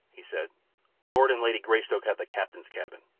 he said lord and lady greystoke have the captain's cabin.